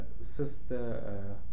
sister